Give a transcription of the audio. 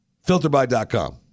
Filterby.com